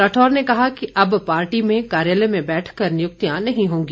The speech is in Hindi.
राठौर ने कहा कि अब पार्टी में कार्यालय में बैठकर नियुक्तियां नहीं होंगी